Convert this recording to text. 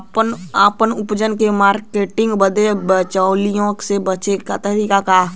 आपन उपज क मार्केटिंग बदे बिचौलियों से बचे क तरीका का ह?